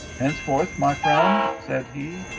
henceforth, my friend, said he,